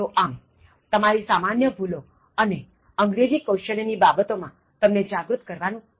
તો આમ તમારી સામાન્ય ભૂલો અને અંગ્રેજી કૌશલ્ય ની બાબતો માં તમને જાગૃત કરવાનું ધ્યેય છે